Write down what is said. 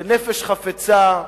בנפש חפצה,